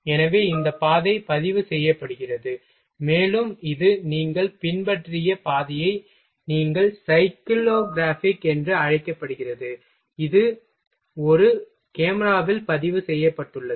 எனவே இந்த பாதை பதிவு செய்யப்பட்டுள்ளது மேலும் இது நீங்கள் பின்பற்றிய பாதையை நீங்கள் சைக்கிள் கிராஃப் என்று அழைக்கப்படுகிறது இது ஒரு கேமராவில் பதிவு செய்யப்பட்டுள்ளது